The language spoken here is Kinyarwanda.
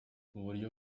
muburyo